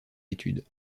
études